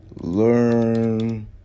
learn